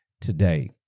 today